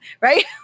Right